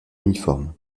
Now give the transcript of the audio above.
uniforme